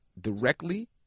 Directly